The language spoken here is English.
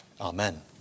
Amen